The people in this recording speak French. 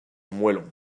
moellons